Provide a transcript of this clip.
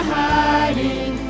hiding